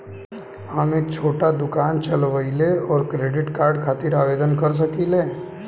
हम एक छोटा दुकान चलवइले और क्रेडिट कार्ड खातिर आवेदन कर सकिले?